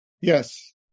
yes